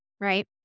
right